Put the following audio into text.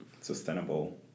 sustainable